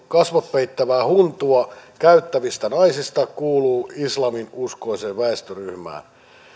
kasvot peittävää huntua käyttävistä naisista kuuluu islaminuskoiseen väestöryhmään